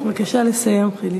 בבקשה לסיים, חיליק.